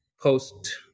post